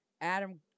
Adam